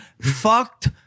Fucked